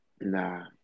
Nah